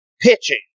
pitching